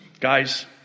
guys